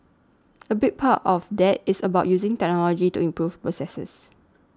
a big part of that is about using technology to improve processes